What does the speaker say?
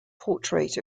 portrait